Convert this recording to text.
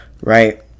Right